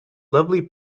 lovely